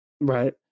Right